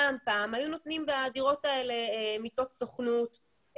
פעם היו נותנים בדירות האלה מיטות סוכנות,